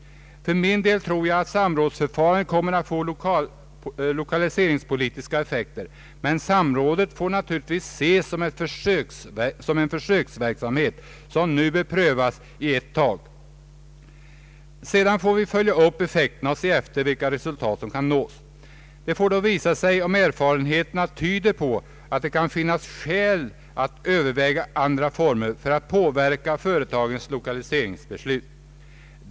För min del tror jag att samrådsförfarandet kommer att få lokaliseringspolitiska effekter. Men samrådet får naturligtvis ses som en försöksverksamhet, som nu bör prövas ett tag. Sedan får vi följa upp effekterna och se efter vilka resultat som kan nås. Det får då visa sig om erfarenheterna tyder på att det kan finnas skäl att överväga andra former för att påverka företagens lokaliseringsbeslut.